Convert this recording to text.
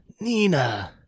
Nina